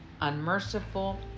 unmerciful